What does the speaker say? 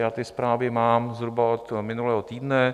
Já ty zprávy mám zhruba od minulého týdne.